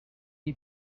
est